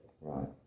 right